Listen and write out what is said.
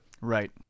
Right